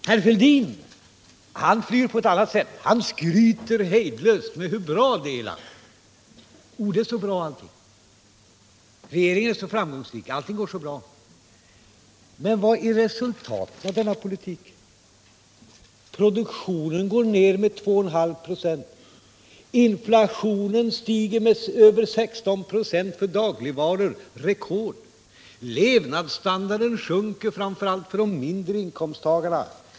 Herr Fälldin flyr på ett annat sätt. Han skryter hejdlöst med hur bra det är i landet. Regeringen är framgångsrik och allt går bra. Men vad är resultaten av denna politik? Jo, produktionen går ned med 2,5 96. Inflationen stiger med över 16 96 på dagligvaror, en rekordnotering. Levnadsstandarden sjunker för framför allt låginkomsttagarna.